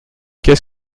qu’est